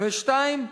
ו-2.